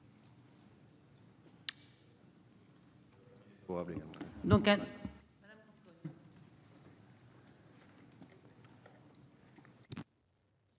Merci